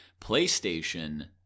PlayStation